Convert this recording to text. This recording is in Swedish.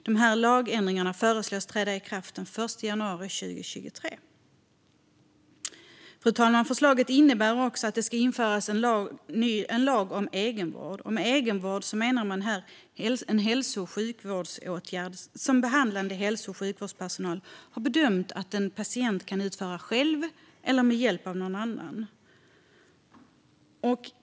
Dessa lagändringar föreslås träda i kraft den 1 januari 2023. Fru talman! Förslaget innebär också att det ska införas en lag om egenvård. Med egenvård menar man här en hälso och sjukvårdsåtgärd som behandlande hälso och sjukvårdspersonal har bedömt att en patient kan utföra själv eller med hjälp av någon annan.